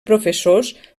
professors